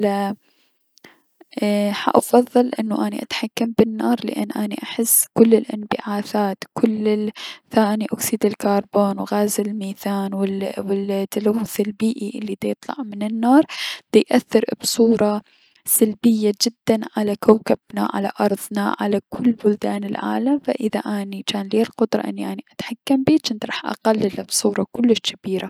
حأفضل انو انو اني اتحكم بالنار لأن اني احس كل الأنبعاثات، كل ثاني اكسيد الكربون و غاز الميثان و و ال ال تلوث البيئي الي د يطلع من النار ديأثر بصورة سلبية جدا على كوكبنا على ارضنا على كل بلدان العالم اذا اني جان ليا القدرة اني اني اتحكم بيه جنت راح اقلله بصورة كلش جبيرة.